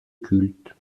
culte